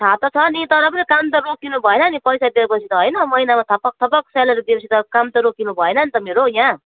थाहा त छ नि तर पनि काम त रोकिनु भएन नि पैसा दिएपछि त होइन महिनामा थपक थपक सेलेरी दिएपछि त काम त रोकिनु भएन नि त मेरो यहाँ